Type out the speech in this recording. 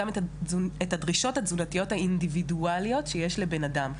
גם את הדרישות התזונתיות האינדיבידואליות שיש לבנאדם.